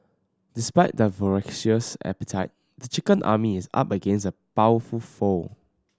despite their voracious appetite the chicken army is up against a powerful foe